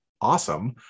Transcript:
awesome